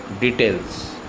details